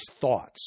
thoughts